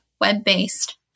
web-based